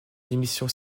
démission